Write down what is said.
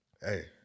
Hey